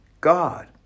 God